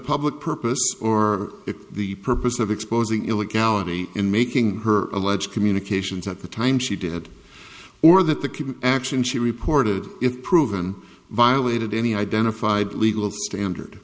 public purpose or the purpose of exposing illegality in making her alleged communications at the time she did or that the key action she reported it proven violated any identified legal standard